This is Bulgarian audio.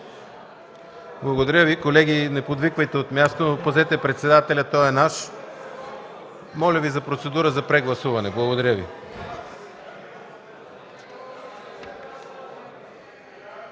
Благодаря Ви. Колеги, не подвиквайте от място, а пазете председателя – той е наш. Моля Ви за процедура за прегласуване. Благодаря Ви.